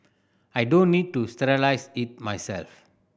I don't need to sterilise it myself